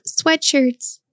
sweatshirts